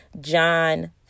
John